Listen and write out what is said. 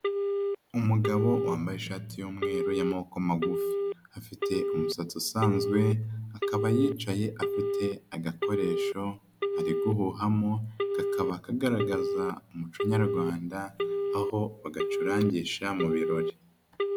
Umugabo wambaye ishati y'umweru y'amaboko magufi. Afite umusatsi usanzwe, akaba yicaye afite agakoresho, ari guhuhamo, kakaba akagaragaza umuco nyarwanda, aho bagacurangisha mu birori.